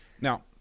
Now